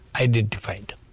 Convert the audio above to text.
identified